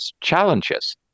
challenges